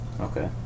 Okay